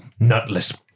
nutless